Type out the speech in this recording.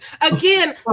Again